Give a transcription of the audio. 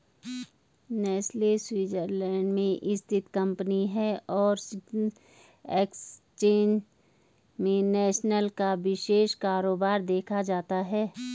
Nestle Switzerland में स्थित company है और स्विस एक्सचेंज में नेस्ले का विशेष कारोबार देखा जाता है